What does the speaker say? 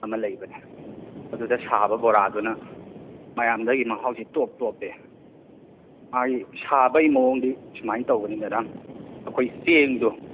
ꯑꯃ ꯂꯩꯕꯅꯤ ꯑꯗꯨꯗ ꯁꯥꯕ ꯕꯣꯔꯥꯗꯨꯅ ꯃꯌꯥꯝꯗꯒꯤ ꯃꯍꯥꯎꯁꯤ ꯇꯣꯞ ꯇꯣꯞꯄꯦ ꯃꯥꯒꯤ ꯁꯥꯕꯒꯤ ꯃꯑꯣꯡꯗꯤ ꯁꯨꯃꯥꯏꯅ ꯇꯧꯕꯅꯤ ꯃꯦꯗꯥꯝ ꯑꯩꯈꯣꯏ ꯆꯦꯡꯗꯣ